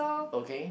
okay